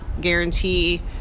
guarantee